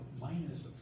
minus